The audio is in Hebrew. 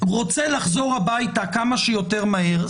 רוצה לחזור הביתה כמה שיותר מהר,